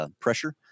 pressure